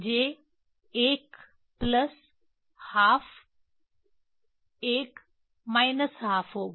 j l plus half l minus half होगा